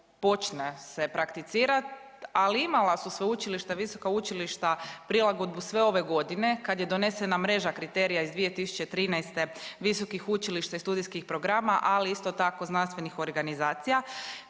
počne se prakticirati. Ali imala su sveučilišta i visoka učilišta prilagodbu sve ove godine kad je donesena mreža kriterija iz 2013. visokih učilišta i studijskih programa, ali isto tako znanstvenih organizacija,